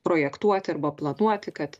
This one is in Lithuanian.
projektuoti arba planuoti kad